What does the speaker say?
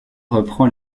reprend